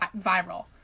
viral